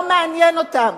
זה לא מעניין אותם.